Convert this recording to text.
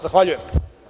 Zahvaljujem.